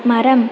மரம்